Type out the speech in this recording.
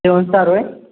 सेवन star होय